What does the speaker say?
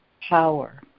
power